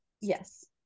yes